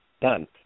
Done